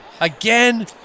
Again